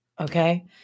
Okay